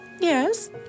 Yes